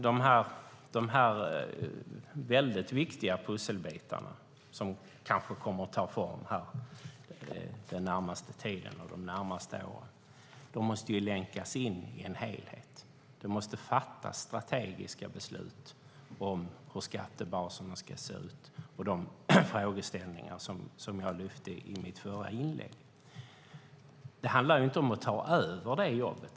De väldigt viktiga pusselbitar som kommer att ta form här de närmaste åren måste länkas in i en helhet. Det måste fattas strategiska beslut om hur skattebaserna ska se ut och om de frågeställningar som jag tog upp i mitt förra inlägg. Det handlar inte om att ta över jobbet.